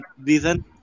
reason